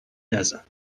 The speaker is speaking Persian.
نزن